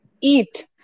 eat